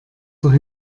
doch